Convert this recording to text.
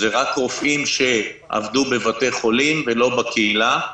זה רק רופאים שעבדו בבתי חולים ולא בקהילה.